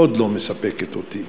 מאוד לא מספקת אותי.